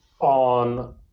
on